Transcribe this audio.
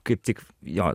kaip tik jo